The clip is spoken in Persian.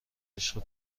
عشق